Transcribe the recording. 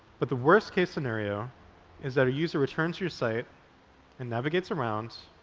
but the worst-case scenario is that a user returns your site and navigates around,